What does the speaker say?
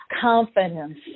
confidence